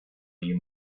you